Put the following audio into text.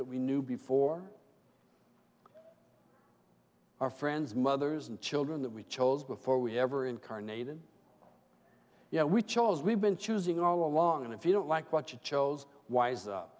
that we knew before our friends mothers and children that we chose before we ever incarnated you know we chose we've been choosing all along and if you don't like what you chose wise up